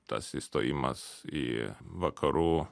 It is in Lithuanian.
tas įstojimas į vakarų